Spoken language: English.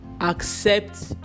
Accept